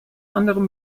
anderem